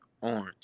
Orange